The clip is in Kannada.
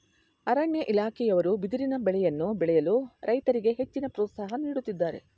ಅರಣ್ಯ ಇಲಾಖೆಯವರು ಬಿದಿರಿನ ಬೆಳೆಯನ್ನು ಬೆಳೆಯಲು ರೈತರಿಗೆ ಹೆಚ್ಚಿನ ಪ್ರೋತ್ಸಾಹ ನೀಡುತ್ತಿದ್ದಾರೆ